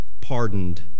pardoned